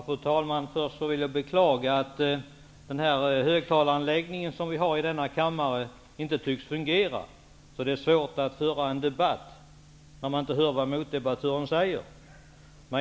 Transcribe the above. Fru talman! Jag vill först beklaga att högtalaranläggningen i denna kammare inte tycks fungera. Det är svårt att föra en debatt när man inte hör vad motdebattören säger.